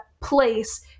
place